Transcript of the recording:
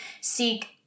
seek